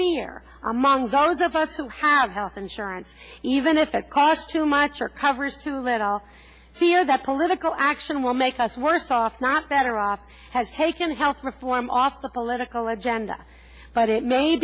fear among those of us who have health insurance even if it cost too much or covers too little here that political action will make us worse off not better off has taken health reform off the political agenda but it may